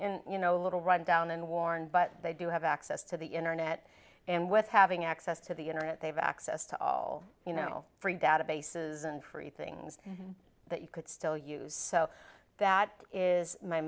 you know a little rundown and warned but they do have access to the internet and with having access to the internet they have access to all you know free databases and free things that you could still use so that is my